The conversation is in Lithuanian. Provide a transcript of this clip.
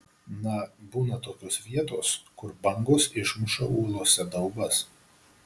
na būna tokios vietos kur bangos išmuša uolose daubas